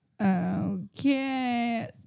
Okay